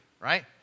right